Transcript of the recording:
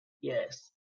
yes